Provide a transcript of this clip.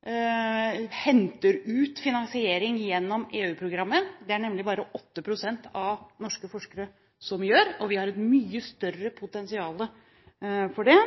henter ut finansiering gjennom EU-programmet. Det er det nemlig bare 8 pst. av norske forskere som gjør, og vi har et mye større potensial for det.